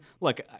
look